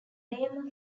name